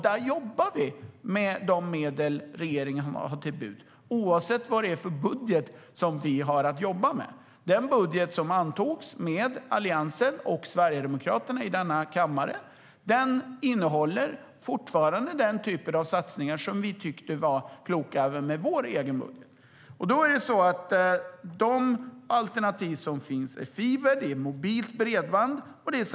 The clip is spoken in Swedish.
Där jobbar vi med de medel som står till buds för regeringen oavsett vad det är för budget som vi har att jobba med. Den budget som antogs av Alliansen och Sverigedemokraterna i denna kammare innehåller fortfarande den typ av satsningar som vi tyckte var kloka även med vår egen budget. De alternativ som finns är fiber, mobilt bredband och satellit.